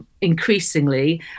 increasingly